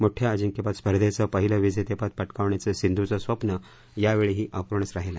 मोठ्या अजिंक्यपद स्पर्धेचं पहिलं विजेतेपद पटकावण्याचं सिंधूचं स्वप्न यावेळीही अपूर्णच राहीलं